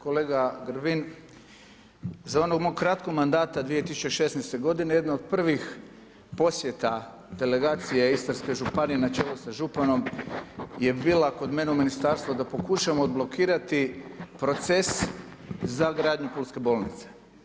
Kolega Grbin, za onog mog kratkog mandata 2016.-te godine jedna od prvih posjeta delegacije Istarske županije na čelu sa županom je bila kod mene u Ministarstvu da pokušamo od blokirati proces za gradnju Pulske bolnice.